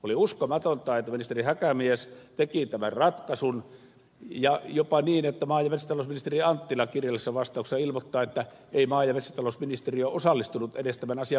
oli uskomatonta että ministeri häkämies teki tämän ratkaisun ja jopa niin että maa ja metsätalousministeri anttila kirjallisessa vastauksessa ilmoittaa että ei maa ja metsätalousministeriö osallistunut edes tämän asian valmisteluun